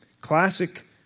classic